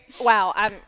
wow